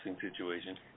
situation